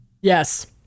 Yes